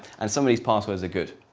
and some of these passwords are good.